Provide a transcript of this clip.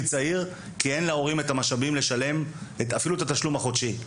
צעיר כי אין להורים את המשאבים לשלם אפילו את התשלום החודשי,